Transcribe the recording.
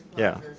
yeah,